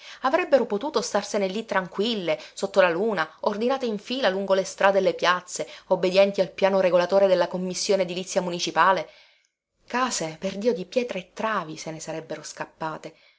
avrebbero potuto starsene lì tranquille sotto la luna ordinate in fila lungo le strade e le piazze obbedienti al piano regolatore della commissione edilizia municipale case perdio di pietra e travi se ne sarebbero scappate